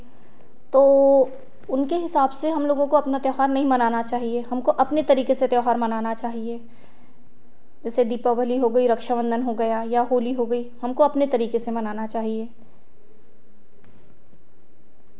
तो उनके हिसाब से हम लोगों को अपना त्योहार नहीं मानना चाहिए हमको अपने तरीके से त्योहार मनाना चाहिए जैसे दीपावली हो गई रक्षाबंधन हो गया या होली हो गई हमको अपने तरीके से मनाना चाहिए